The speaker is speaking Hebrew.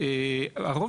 האם